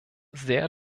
sehr